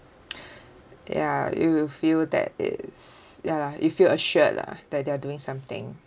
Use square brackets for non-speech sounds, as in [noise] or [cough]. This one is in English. [noise] ya you feel that it's ya lah you feel assured lah that they are doing something